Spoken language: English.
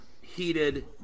heated